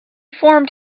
formed